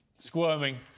Squirming